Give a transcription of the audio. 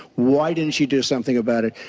why didn't she do something about it?